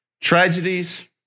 Tragedies